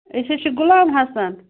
أسۍ حظ چھِ غلام حسن